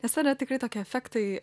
nes ten yra tikrai tokie efektai